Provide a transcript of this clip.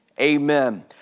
Amen